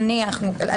למשל.